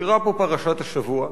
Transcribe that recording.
הוזכרה פה פרשת השבוע,